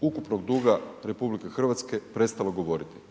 ukupnog duga RH prestalo govoriti.